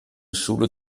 schule